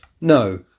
No